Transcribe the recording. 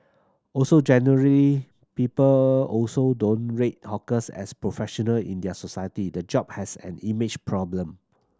also generally people also don't rate hawkers as professional in their society the job has an image problem